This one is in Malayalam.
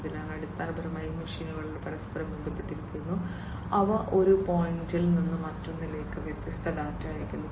അതിനാൽ അടിസ്ഥാനപരമായി ഈ മെഷീനുകളും പരസ്പരം ബന്ധപ്പെട്ടിരിക്കുന്നു അവ ഒരു പോയിന്റിൽ നിന്ന് മറ്റൊന്നിലേക്ക് വ്യത്യസ്ത ഡാറ്റ അയയ്ക്കുന്നു